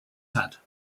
had